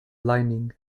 lining